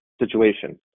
situation